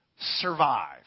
Survive